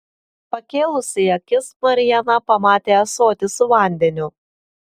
pakėlusi akis mariana pamatė ąsotį su vandeniu